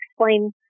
explain